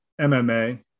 MMA